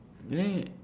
really